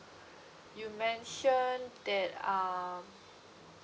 you mentioned that um